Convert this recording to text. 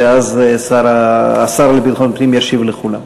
ואז השר לביטחון הפנים ישיב לכולם.